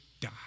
die